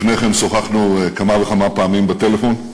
לפני כן שוחחנו כמה וכמה פעמים בטלפון,